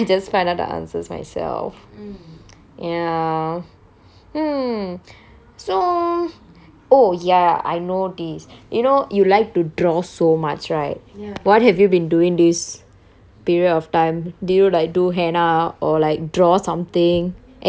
ya hmm so oh ya I know this you know you like to draw so much right what have you been doing this period of time did you like do henna or like draw something any artwork came out from you